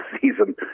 season